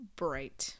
bright